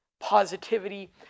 positivity